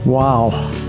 Wow